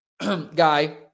guy